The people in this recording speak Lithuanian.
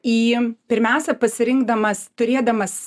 į pirmiausia pasirinkdamas turėdamas